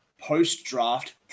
post-draft